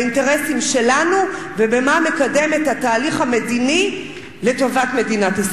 באינטרסים שלנו ובמה שמקדם את התהליך המדיני לטובת מדינת ישראל.